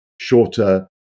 shorter